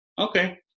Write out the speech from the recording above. okay